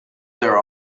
their